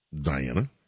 Diana